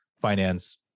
finance